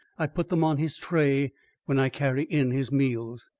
i put them on his tray when i carry in his meals.